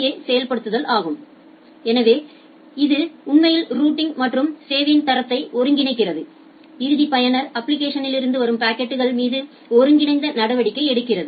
ஏ செயல்படுத்தல் ஆகும் இது உண்மையில் ரூட்டிங் மற்றும் சேவையின் தரத்தை ஒன்றிணைக்கிறது இறுதி பயனர் அப்ப்ளிகேஷன்ஸ்களிலிருந்து வரும் பாக்கெட்கள் மீது ஒருங்கிணைந்த நடவடிக்கை எடுக்கிறது